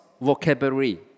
vocabulary